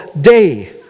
day